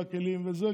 והכלים וזה,